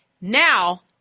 Now